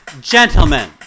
gentlemen